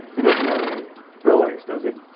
he doesn't have any fillings, does he?